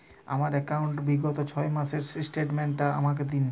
আমার অ্যাকাউন্ট র বিগত ছয় মাসের স্টেটমেন্ট টা আমাকে দিন?